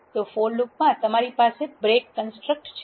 તો for લૂપમાં તમારી પાસે બ્રેક કન્સ્ટ્રકટ છે